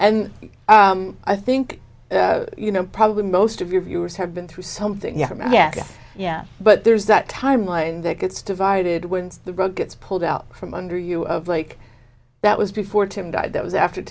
and i think you know probably most of your viewers have been through something yeah yeah yeah but there's that timeline that gets divided wins the road gets pulled out from under you of like that was before tim died that was after